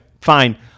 Fine